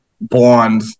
blonde